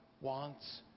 wants